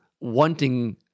wanting